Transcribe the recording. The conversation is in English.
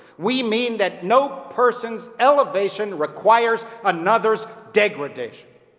we mean that no person's elevation requires another's degradation.